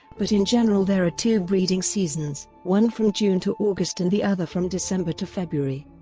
but in general there are two breeding seasons, one from june to august and the other from december to february.